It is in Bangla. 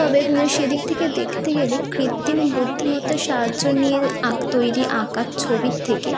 তবে সে দিক থেকে দেখতে গেলে কৃত্রিম বুদ্ধিমত্তার সাহায্য নিয়ে আঁকা তৈরি আঁকার ছবি থেকে